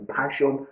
passion